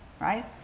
right